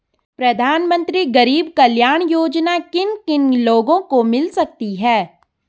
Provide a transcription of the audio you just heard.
प्रधानमंत्री गरीब कल्याण योजना किन किन लोगों को मिल सकती है?